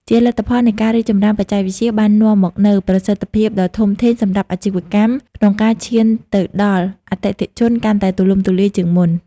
ជាលទ្ធផលនៃការរីកចម្រើនបច្ចេកវិទ្យាបាននាំមកនូវ ប្រសិទ្ធភាពដ៏ធំធេងសម្រាប់អាជីវកម្ម ក្នុងការឈានទៅដល់អតិថិជនកាន់តែទូលំទូលាយជាងមុន។